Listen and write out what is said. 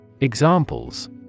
Examples